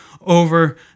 over